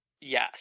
yes